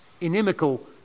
inimical